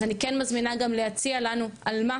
אז אני כן מזמינה גם להציע לנו על מה,